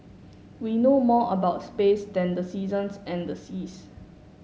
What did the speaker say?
we know more about space than the seasons and the seas